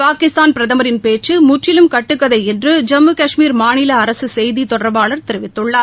பாகிஸ்தான் பிரதமரின் பேச்சு முற்றிலும் கட்டுக்கதை என்று ஜம்மு கஷ்மீர் மாநில அரசு செய்தி தொடர்பாளர் தெரிவித்துள்ளார்